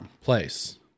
place